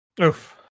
Oof